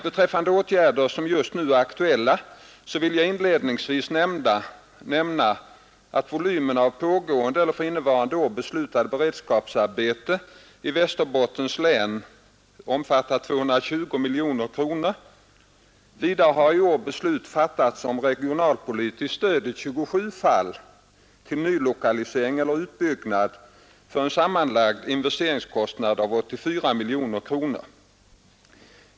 Beträffande åtgärder som just nu är aktuella vill jag inledningsvis nämna, att volymen av pågående eller för innevarande är beslutade beredskapsarbeten är i Västerbottens län 220 miljoner kronor. Vidare har i är beslut fattats om regionalpolitiskt stöd i 27 fall till nylokalisering eller 21 utbyggnad för en sammanlagd investeringskostnad av 84 miljoner kronor.